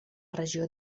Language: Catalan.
regió